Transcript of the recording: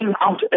out